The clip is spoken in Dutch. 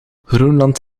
groenland